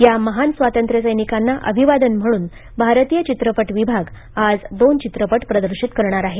या महान स्वातंत्र्यसैनिकांना अभिवादन म्हणून भारतीय चित्रपट विभाग आज दोन चित्रपट प्रदर्शित करणार आहे